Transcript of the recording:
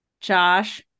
Josh